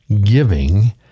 giving